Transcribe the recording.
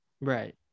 Right